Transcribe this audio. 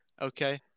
okay